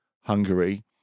Hungary